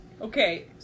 Okay